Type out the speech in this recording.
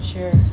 Sure